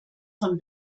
von